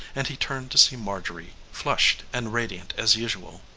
and he turned to see marjorie, flushed and radiant as usual.